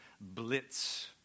blitz